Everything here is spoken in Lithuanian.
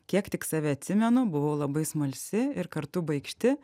kiek tik save atsimenu buvau labai smalsi ir kartu baikšti